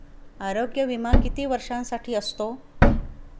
आरोग्य विमा किती वर्षांसाठी असतो?